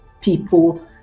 people